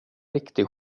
riktig